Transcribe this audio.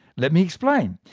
let me explain.